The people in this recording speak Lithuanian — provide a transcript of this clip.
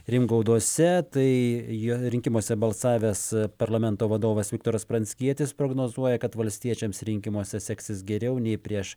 ringauduose tai jo rinkimuose balsavęs parlamento vadovas viktoras pranckietis prognozuoja kad valstiečiams rinkimuose seksis geriau nei prieš